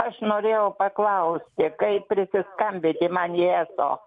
aš norėjau paklausti kaip prisiskambyti man į eso